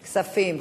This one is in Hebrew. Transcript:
כספים.